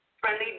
friendly